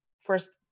first